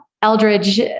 Eldridge